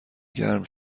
گرم